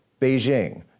Beijing